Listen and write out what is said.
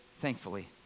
Thankfully